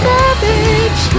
Savage